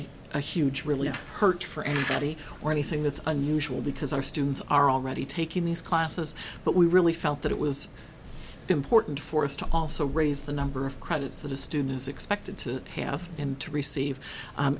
a huge really hurt for anybody or anything that's unusual because our students are already taking these classes but we really felt that it was important for us to also raise the number of credits that a student is expected to have and to receive